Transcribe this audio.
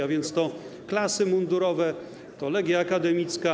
A więc to klasy mundurowe, to Legia Akademicka.